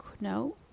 No